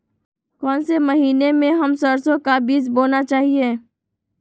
कौन से महीने में हम सरसो का बीज बोना चाहिए?